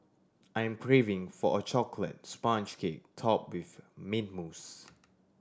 I am craving for a chocolate sponge cake topped with mint mousse